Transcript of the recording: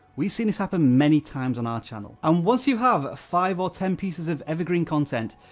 we've seen this happen many times on our channel. and once you have five or ten pieces of evergreen content,